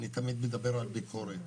אני תמיד מדבר על ביקורת.